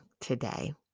today